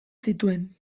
zituen